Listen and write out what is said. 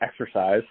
exercise